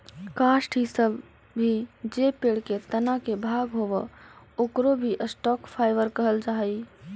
काष्ठ इ सब भी जे पेड़ के तना के भाग होवऽ, ओकरो भी स्टॉक फाइवर कहल जा हई